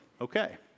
Okay